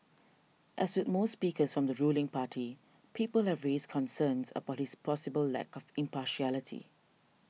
as with most speakers from the ruling party people have raised concerns about his possible lack of impartiality